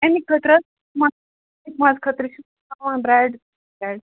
اَمی خٲطرٕ حظ ماز خٲطرٕ چھِ تھاوان برٛٮ۪ڈ